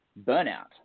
burnout